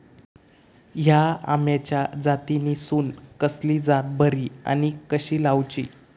हया आम्याच्या जातीनिसून कसली जात बरी आनी कशी लाऊची?